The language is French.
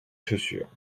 chaussures